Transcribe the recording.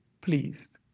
pleased